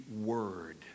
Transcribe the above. word